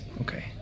Okay